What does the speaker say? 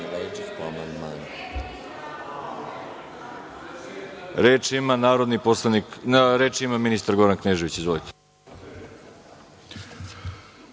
ima ministar Goran Knežević. Izvolite.